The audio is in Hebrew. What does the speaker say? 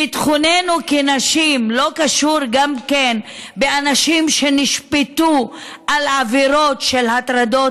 ביטחוננו כנשים לא קשור גם באנשים שנשפטו על עבירות של הטרדות